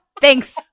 Thanks